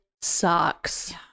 sucks